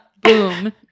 Boom